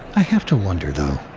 i have to wonder though,